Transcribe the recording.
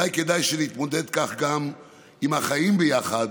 אולי כדאי שנתמודד כך גם עם החיים ביחד,